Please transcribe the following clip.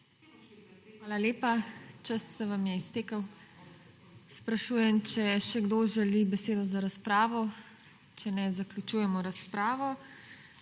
Hvala lepa. Čas se vam je iztekel. Sprašujem, če še kdo želi besedo za razpravo? Če ne, zaključujemo razpravo.